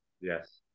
Yes